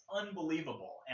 unbelievable